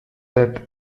death